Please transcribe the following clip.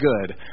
good